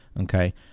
okay